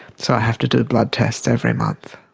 so i have to do blood tests every month.